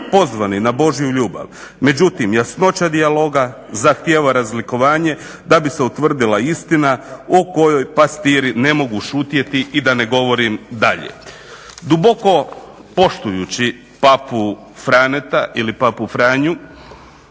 pozvani na božju ljubav. Međutim, jasnoća dijaloga zahtjeva razlikovanje da bi utvrdila istina o kojoj pastiri ne mogu šutjeti i da ne govorim dalje. duboko poštujući Papu Franeta ili Papu Franju